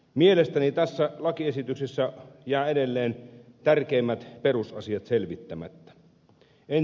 mielestäni tässä lakiesityksessä jäävät edelleen tärkeimmät perusasiat selvittämättä